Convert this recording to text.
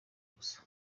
gusa